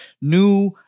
new